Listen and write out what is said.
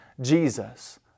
Jesus